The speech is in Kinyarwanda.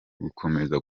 gukomeza